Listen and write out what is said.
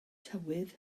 tywydd